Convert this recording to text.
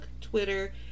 Twitter